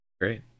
great